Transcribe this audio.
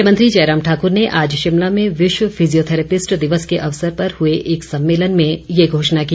मुख्यमंत्री जयराम ठाकर ने आज शिमला में विश्व फिजियोथैरेपिस्ट दिवस के अवसर पर हुए एक सम्मेलन में ये घोषणा की